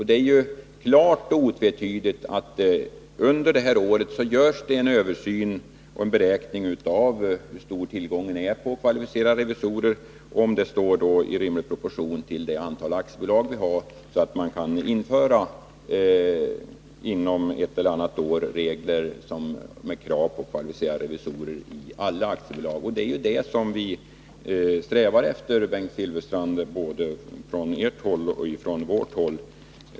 Det är klart och otvetydigt att det under det här året görs en översyn och beräkning av hur stor tillgången på kvalificerade revisorer är och om den står i rimlig proportion till antalet aktiebolag, för att vi inom ett eller annat år skall kunna införa regler med krav på kvalificerade revisorer i alla aktiebolag. Det är det vi strävar efter, Bengt Silfverstrand, både från ert håll och från vårt.